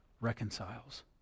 reconciles